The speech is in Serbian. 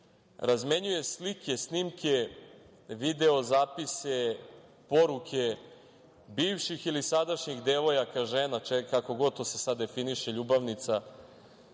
razmenjuje slike, snimke, video zapise, poruke, bivših ili sadašnjih devojaka, žena, kako god se to sad definiše, ljubavnica,